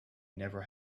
never